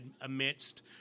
amidst